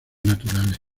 naturales